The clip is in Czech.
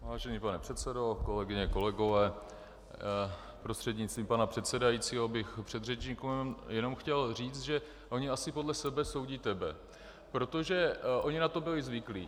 Vážený pane předsedo, kolegyně, kolegové, prostřednictvím pana předsedajícího bych předřečníkům jenom chtěl říct, že oni asi podle sebe soudí tebe, protože oni na to byli zvyklí.